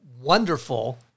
wonderful